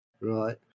right